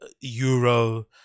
Euro